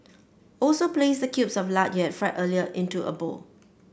also place the cubes of lard you had fried earlier into a bowl